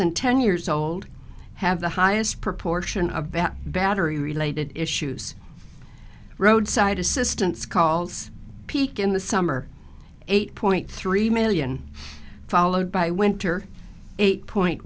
and ten years old have the highest proportion of battery related issues roadside assistance calls peak in the summer eight point three million followed by winter eight point